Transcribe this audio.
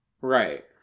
right